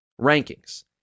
rankings